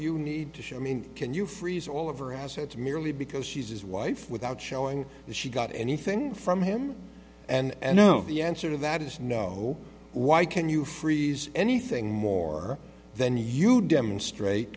you need to show i mean can you freeze over assets merely because she's his wife without showing that she got anything from him and i know the answer to that is no why can you freeze anything more than you demonstrate